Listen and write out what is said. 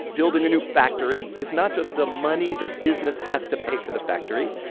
building a new factory is not just the money the business has to pay for the factory.